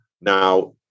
now